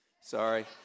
Sorry